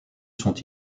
sont